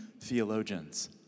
theologians